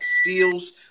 steals